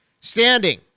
standing